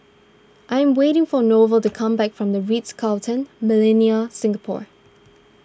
I am waiting for Norval to come back from the Ritz Carlton Millenia Singapore